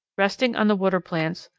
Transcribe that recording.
resting on the water plants,